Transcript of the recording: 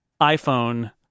iPhone